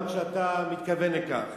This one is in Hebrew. גם כשאתה מתכוון לכך.